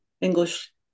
English